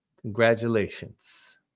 Congratulations